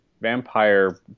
vampire